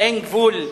אין גבול,